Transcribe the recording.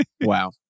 Wow